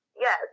Yes